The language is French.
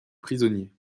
prisonniers